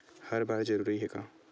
हर बार जरूरी हे का?